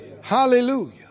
Hallelujah